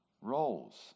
roles